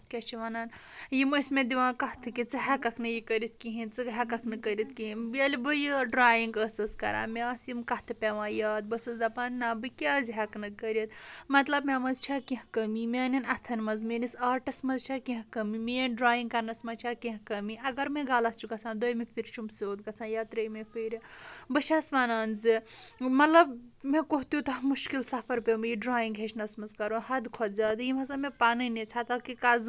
اَتھ کیٚاہ چھِ وَنان یِم ٲسۍ مےٚ دِوان کَتھ کہِ ژٕ ہیٚککھ نہٕ یہِ کٔرِتھ کہینٛۍ ژٕ ہیٚککھ نہٕ کٔرِتھ کہینۍ ییٚلہِ بہٕ یہِ ڈراینگ ٲسٕس کران مےٚ آسہٕ یِم کَتھہٕ پیٚوان یاد بہٕ ٲسٕس دَپان نہ بہٕ کیازِ ہیٚکہٕ نہٕ کٔرِتھ مطلب مےٚ منٛز چھا کیٚنٛہہ کٔمی میانٮ۪ن اَتھن منٛز میٲنِس آرٹس منٛز چھا کیٚنٛہہ کٔمی میٲنۍ ڈراینگ کَرنَس منٛز چھےٚ کانٛہہ کٔمی اَگر مےٚ غلط چھُ گژھان دۄیمہِ پھیٚرِ چھُم سیٚود گژھان یا ترٛیمہِ پھیٚرِ بہٕ چھَس وَنان زِ مطلب مےٚ گوٚو توٗتاہ مُشکِل سفر پیٚو مےٚ یہِ ڈراینگ ہیٚچھنس منٛز کرُن حدٕ کھوتہٕ زیادٕ یِم ہسا مےٚ پَنٕنۍ ٲسۍ حتا کہِ